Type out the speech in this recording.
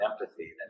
empathy